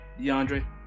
Deandre